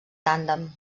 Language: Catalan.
tàndem